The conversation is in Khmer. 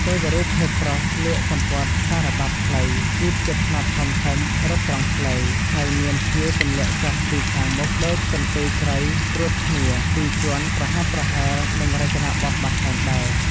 ទេវរូបភេទប្រុសស្លៀកសំពត់សារបាប់ខ្លី ជីបជាផ្នត់ធំៗ រឹបត្រង់ភ្លៅ ហើយមានជាយទម្លាក់ចុះពីខាងមុខដូចកន្ទូយត្រីត្រួតគ្នាពីរជាន់ប្រហាក់ប្រហែលនឹងរចនាបថបាខែងដែរ។